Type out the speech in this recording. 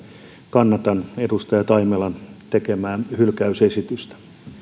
kannatan edustaja taimelan tekemää hylkäysesitystä